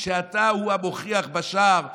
כשאתה הוא המוכיח בשער והיודע,